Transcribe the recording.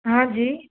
हा जी